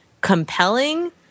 compelling—